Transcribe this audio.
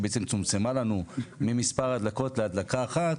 שבעצם צומצמה לנו ממספר הדלקות להדלקה אחת,